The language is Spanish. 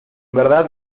verdad